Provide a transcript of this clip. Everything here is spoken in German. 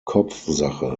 kopfsache